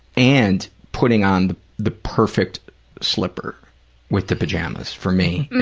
and putting on the perfect slipper with the pajamas, for me,